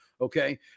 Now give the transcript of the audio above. okay